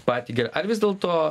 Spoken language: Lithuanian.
patį ger ar vis dėlto